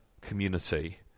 community